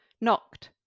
knocked